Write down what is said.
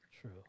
True